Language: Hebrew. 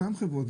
אותן חברות,